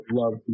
love